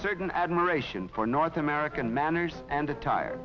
certain admiration for north american manners and attire